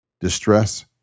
distress